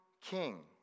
king